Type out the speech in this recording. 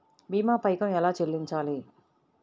భీమా పైకం ఎలా చెల్లించాలి?